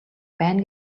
байна